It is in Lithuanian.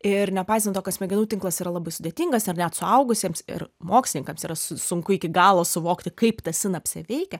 ir nepaisant to kad smegenų tinklas yra labai sudėtingas ir net suaugusiems ir mokslininkams yra su sunku iki galo suvokti kaip ta sinapsė veikia